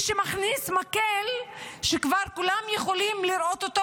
שבו יש מי שמכניס מקל שכולם יכולים לראות אותו,